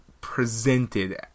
presented